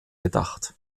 bedacht